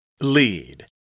Lead